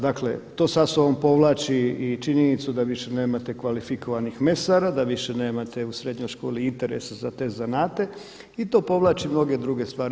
Dakle to sa sobom povlači i činjenicu da više nemate kvalificiranih mesara, da više nemate u srednjoj školi interesa za te zanate i to povlači mnoge druge stvari.